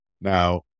Now